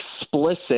explicit